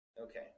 Okay